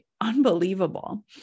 unbelievable